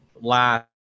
last